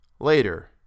Later